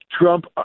Trump